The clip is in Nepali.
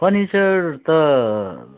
फर्निचर त